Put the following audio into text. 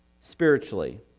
spiritually